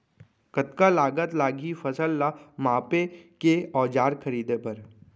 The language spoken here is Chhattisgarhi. कतका लागत लागही फसल ला मापे के औज़ार खरीदे बर?